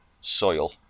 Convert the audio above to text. soil